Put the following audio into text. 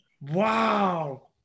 Wow